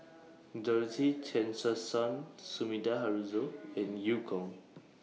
Dorothy Tessensohn Sumida Haruzo and EU Kong